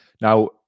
Now